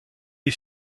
est